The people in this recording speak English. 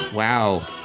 Wow